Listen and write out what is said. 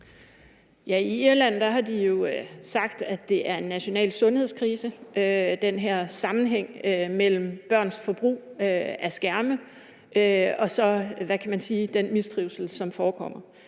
I Irland har de jo sagt, at det er en national sundhedskrise med den her sammenhæng mellem børns forbrug af skærme og så, hvad kan man sige, den mistrivsel, som forekommer.